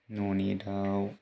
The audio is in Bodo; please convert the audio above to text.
न'नि दाउ